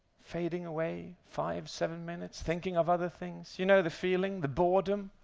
fading away five, seven minutes, thinking of other things? you know the feeling, the boredom,